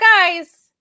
guys